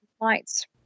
lights